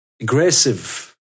aggressive